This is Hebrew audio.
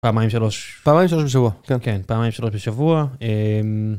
פעמים שלוש פעמים שלוש בשבוע כן כן פעמים שלוש בשבוע.